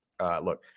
Look